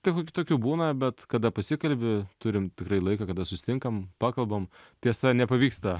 taip tokių būna bet kada pasikalbi turim tikrai laiką kada susitinkam pakalbam tiesa nepavyksta